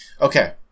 Okay